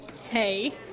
Hey